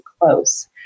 close